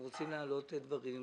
אם רוצים להעלות דברים,